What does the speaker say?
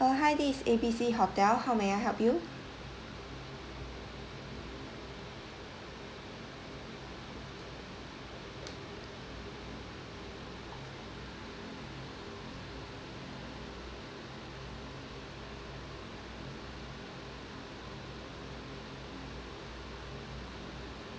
uh this is A B C hotel how may I help you